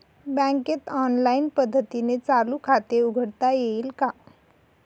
बँकेत ऑनलाईन पद्धतीने चालू खाते उघडता येईल का?